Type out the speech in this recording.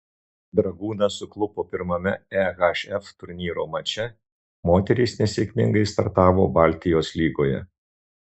dragūnas suklupo pirmame ehf turnyro mače moterys nesėkmingai startavo baltijos lygoje